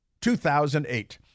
2008